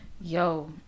yo